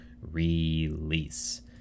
release